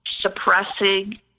suppressing